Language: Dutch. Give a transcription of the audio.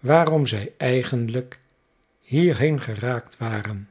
waarom zij eigenlijk hierheen geraakt waren